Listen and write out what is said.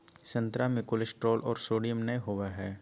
संतरा मे कोलेस्ट्रॉल और सोडियम नय होबय हइ